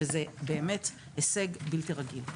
וזה באמת הישג בלתי רגיל.